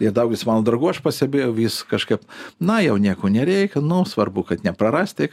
ir daugelis mano draugų aš pastebėjau vis kažkaip na jau nieko nereikia nu svarbu kad neprarasti